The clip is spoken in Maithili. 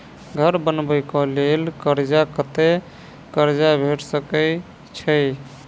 घर बनबे कऽ लेल कर्जा कत्ते कर्जा भेट सकय छई?